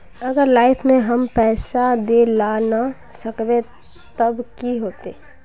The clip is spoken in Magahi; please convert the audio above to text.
अगर लाइफ में हम पैसा दे ला ना सकबे तब की होते?